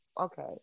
Okay